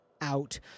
out